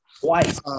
Twice